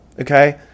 okay